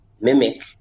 Mimic